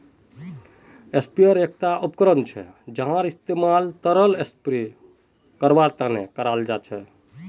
sprayer एकता उपकरण छिके जहार इस्तमाल तरल स्प्रे करवार तने कराल जा छेक